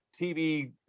TV